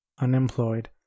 Unemployed